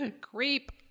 Creep